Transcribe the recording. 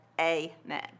amen